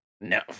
No